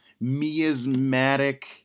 miasmatic